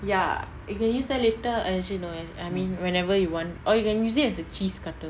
ya you can use that later as you know I mean whenever you want or you can use it as a cheese cutter